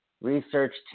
research